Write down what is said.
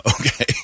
Okay